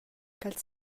ch’els